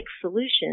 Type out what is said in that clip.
solutions